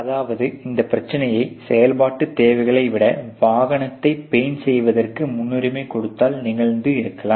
அதாவது இந்த பிரச்சினையை செயல்பாட்டு தேவைகளை விட வாகனத்தை பெயிண்ட் செய்வதற்கு முன்னுரிமை கொடுத்தால் நிகழ்ந்து இருக்கலாம்